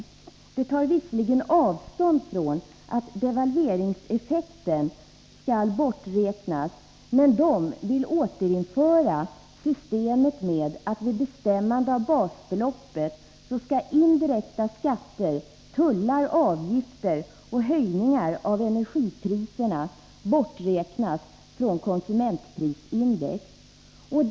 De borgerliga tar visserligen avstånd från att devalveringseffekten skall borträknas, men de vill återinföra systemet med att indirekta skatter, tullar, avgifter och höjningar av energipriserna vid bestämmande av basbeloppet skall borträknas från konsumentprisindex.